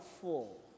full